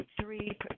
three